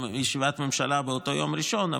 בישיבת ממשלה באותו יום ראשון,